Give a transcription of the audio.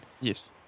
Yes